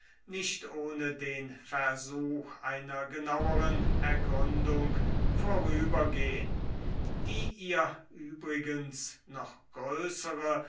nicht ohne den versuch einer genaueren ergründung vorübergehen die ihr übrigens noch größere